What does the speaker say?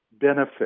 benefit